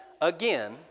again